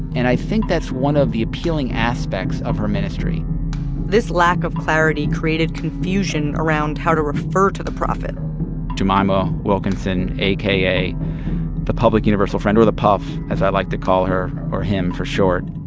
and i think that's one of the appealing aspects of her ministry this lack of clarity created confusion around how to refer to the prophet jemima wilkinson, aka the public universal friend or the puf, as i like to call her, or him, for short